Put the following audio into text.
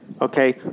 okay